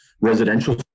Residential